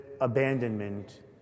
abandonment